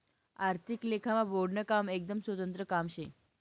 आर्थिक लेखामा बोर्डनं काम एकदम स्वतंत्र काम शे